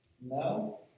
No